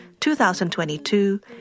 2022